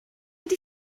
ydy